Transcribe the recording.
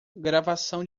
gravação